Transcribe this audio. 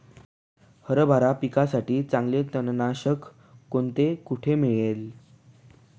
हरभरा पिकासाठी चांगले तणनाशक कोणते, कोठे मिळेल?